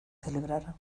celebrar